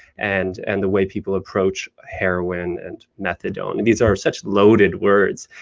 and and the way people approach heroin and methadone and these are such loaded words,